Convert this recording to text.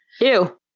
Ew